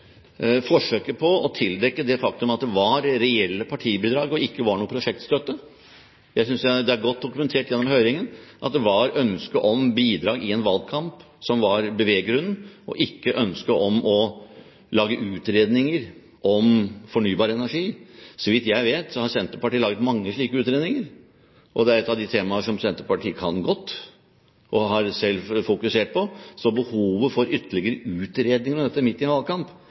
forsøket på å tildekke det faktum at det var reelle partibidrag, og ikke var noe prosjektstøtte. Jeg synes det er godt dokumentert gjennom høringen at det var ønsket om bidrag i en valgkamp som var beveggrunnen, og ikke ønsket om å lage utredninger om fornybar energi. Så vidt jeg vet, har Senterpartiet laget mange slike utredninger. Det er et av de temaer som Senterpartiet kan godt, og selv har fokusert på, så behovet for ytterligere utredning om dette midt i en